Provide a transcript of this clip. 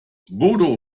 bodo